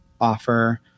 offer